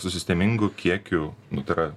su sistemingu kiekiu nu tai yra